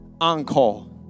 on-call